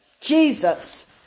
Jesus